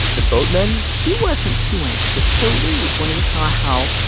the boatman. he wasn't too anxious to leave when he saw how